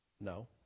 No